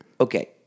Okay